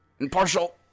Impartial